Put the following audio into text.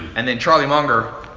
and then charlie munger,